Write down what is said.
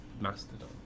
Mastodon